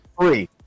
three